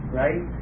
right